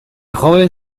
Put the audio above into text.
joven